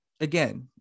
again